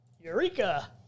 Eureka